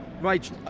Right